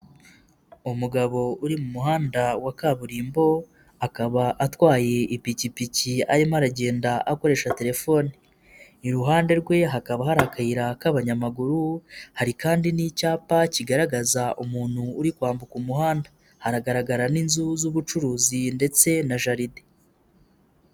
Umugabo uri mu muhanda wa kaburimbo akaba atwaye ipikipiki arimo aragenda akoresha telefoni, iruhande rwe hakaba hari akayira k'abanyamaguru, hari kandi n'icyapa kigaragaza umuntu uri kwambuka umuhanda, hagaragara n'inzu z'ubucuruzi ndetse na jaride.